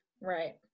Right